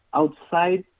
outside